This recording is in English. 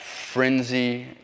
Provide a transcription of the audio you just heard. frenzy